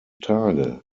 tage